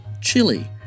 Chili